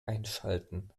einschalten